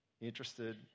interested